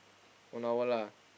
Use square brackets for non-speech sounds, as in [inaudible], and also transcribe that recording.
[noise] one hour lah